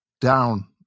down